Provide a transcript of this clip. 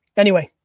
anyway,